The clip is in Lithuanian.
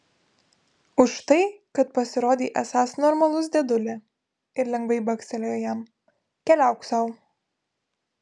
už tai kad pasirodei esąs normalus dėdulė ir lengvai bakstelėjo jam keliauk sau